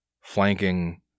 flanking